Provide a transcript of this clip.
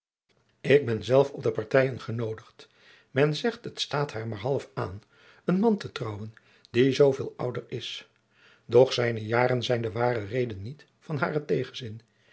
ik ben zelf op de partijen genoodigd men zegt het staat haar maar half aan een man te trouwen die zoo veel ouder is doch zijne jaren zijn de ware reden niet van haren tegenzin